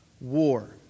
war